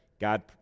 God